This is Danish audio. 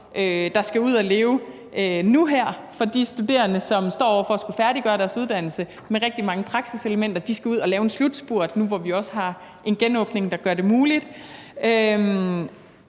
der skal ud og leve nu her for de studerende, som står over for at skulle færdiggøre deres uddannelse med rigtig mange praksiselementer. De skal ud og lave en slutspurt nu, hvor vi også har en genåbning, der gør det muligt.